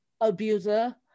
abuser